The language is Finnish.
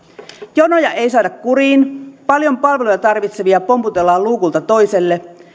jonoja ei saada kuriin paljon palveluja tarvitsevia pomputellaan luukulta toiselle